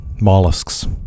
mollusks